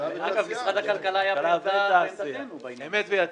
אמת ויציב.